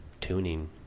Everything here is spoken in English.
tuning